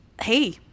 hey